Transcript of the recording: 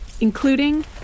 including